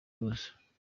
bose